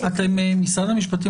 משרד המשפטים,